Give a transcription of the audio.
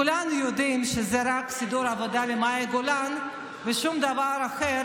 כולנו יודעים שזה רק סידור עבודה למאי גולן ושום דבר אחר,